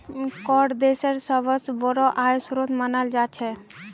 कर देशेर सबस बोरो आय स्रोत मानाल जा छेक